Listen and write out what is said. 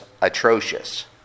atrocious